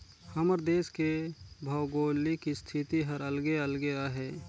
हमर देस के भउगोलिक इस्थिति हर अलगे अलगे अहे